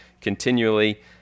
continually